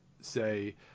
say